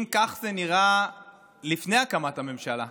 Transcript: אם כך זה נראה לפני הקמת הממשלה,